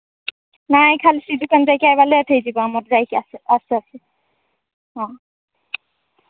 ନାଇ ଖାଲି ସେଇ ଦୋକାନ ଯାଇକି ଆସିବା ଲେଟ୍ ହୋଇଯିବ ଆମର ଯାଇକିି ଆସୁ ଆସୁ ହଁ